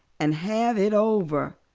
and have it over.